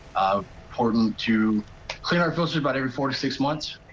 ah important to clear our filters about every four to six months.